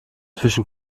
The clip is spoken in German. zwischen